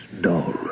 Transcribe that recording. doll